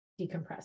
decompress